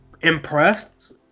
impressed